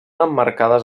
emmarcades